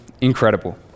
incredible